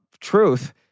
truth